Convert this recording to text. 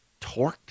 torqued